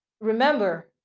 remember